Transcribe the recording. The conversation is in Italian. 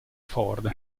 ford